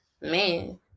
Man